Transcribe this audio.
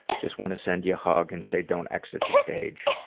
just wanna send you a hug and say, don't exit the stage.